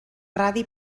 radi